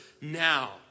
now